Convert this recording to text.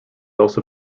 also